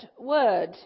word